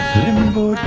limbo